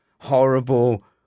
Horrible